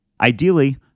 Ideally